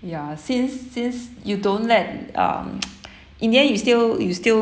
ya since since you don't let um in the end you still you still